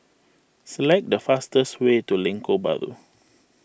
select the fastest way to Lengkok Bahru